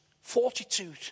fortitude